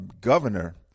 governor